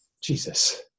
Jesus